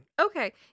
Okay